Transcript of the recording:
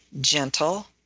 gentle